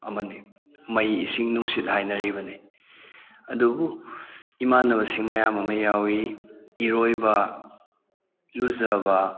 ꯑꯃꯅꯤ ꯃꯩ ꯏꯁꯤꯡ ꯅꯨꯡꯁꯤꯠ ꯍꯥꯏꯅꯔꯤꯕꯅꯤ ꯑꯗꯨꯕꯨ ꯏꯃꯥꯟꯅꯕꯁꯤꯡ ꯃꯌꯥꯝ ꯑꯃ ꯌꯥꯎꯏ ꯏꯔꯣꯏꯕ ꯂꯨꯖꯕ